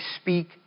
speak